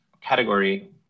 category